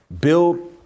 build